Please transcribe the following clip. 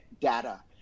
data